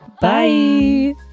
bye